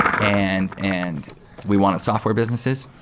and and we want software businesses,